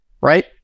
right